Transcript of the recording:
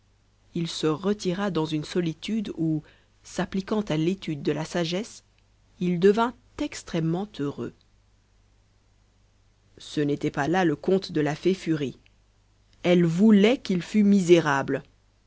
il se retira dans une solitude où s'appliquant à l'étude de la sagesse il devint extrêmement heureux ce n'était pas là le compte de la fée furie elle voulait qu'il fût misérable